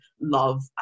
love